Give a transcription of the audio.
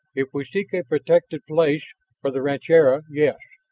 if we seek a protected place for the rancheria, yes.